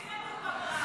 אין לנו פגרה.